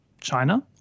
China